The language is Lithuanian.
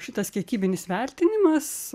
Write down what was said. šitas kiekybinis vertinimas